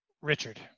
Richard